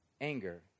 anger